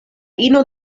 ino